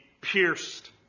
pierced